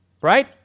right